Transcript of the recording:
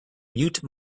mute